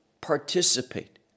participate